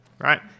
right